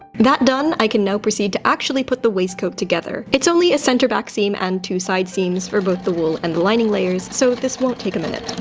that done, i can now proceed to actually put the waistcoat together. it's only a center back seam and two side seams for both the wool and the lining layers. so this won't take a minute. i